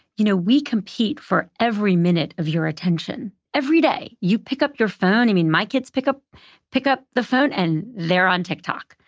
you know, we compete for every minute of your attention every day. you pick up your phone. i mean my kids pick up pick up the phone and they're on tiktok.